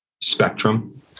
spectrum